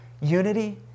unity